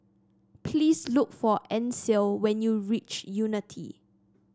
please look for Ancel when you reach Unity